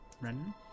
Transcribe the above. Ren